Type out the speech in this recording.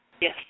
Yes